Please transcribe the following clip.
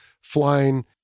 flying